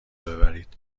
ببرید